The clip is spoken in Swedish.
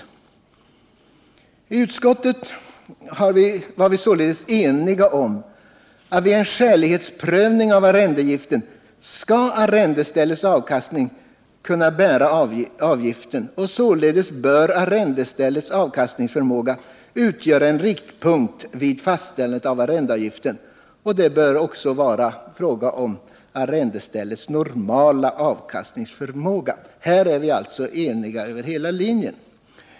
I utskottet var vi således eniga om att vid en skälighetprövning av arrendeavgiften skall arrendeställets avkastning kunna bära avgiften, och således bör arrendeställets avkastningsförmåga utgöra en riktpunkt vid fastställande av arrendeavgiften. Det bör då vara fråga om arrendeställets normala avkastningsförmåga. Här är vi alltså eniga över hela linjen.